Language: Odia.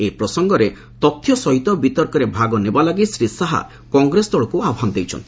ଏହି ପ୍ରସଙ୍ଗରେ ତଥ୍ୟ ସହିତ ବିତର୍କରେ ଭାଗ ନେବା ଲାଗି ଶ୍ରୀ ସାହା କଂଗ୍ରେସ ଦଳକୁ ଆହ୍ୱାନ ଦେଇଛନ୍ତି